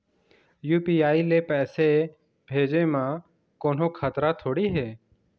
UPI ले पैसे भेजे म कोन्हो खतरा थोड़ी हे?